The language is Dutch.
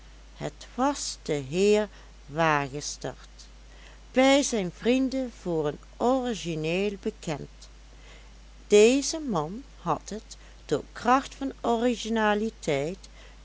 het was de heer wagestert bij zijn vrienden voor een origineel bekend deze man had het door kracht van originaliteit